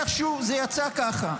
איכשהו זה יצא ככה,